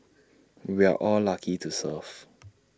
we're all lucky to serve